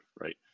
right